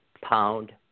Pound